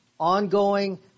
ongoing